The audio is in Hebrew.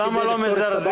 למה לא מזרזים?